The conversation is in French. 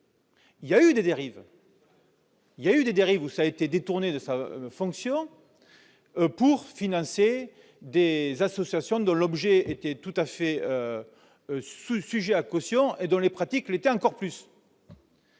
la réserve soit détournée de sa fonction pour financer des associations dont l'objet était tout à fait sujet à caution et dont les pratiques l'étaient encore